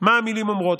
מה המילים אומרות.